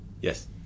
Yes